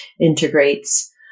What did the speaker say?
integrates